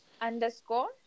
Underscore